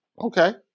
Okay